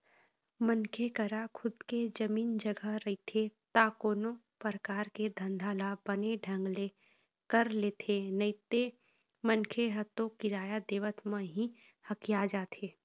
मनखे करा खुद के जमीन जघा रहिथे ता कोनो परकार के धंधा ल बने ढंग ले कर लेथे नइते मनखे ह तो किराया देवत म ही हकिया जाथे